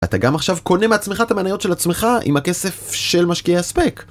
אתה גם עכשיו קונה מעצמך את המניות של עצמך עם הכסף של משקיעי ASPAC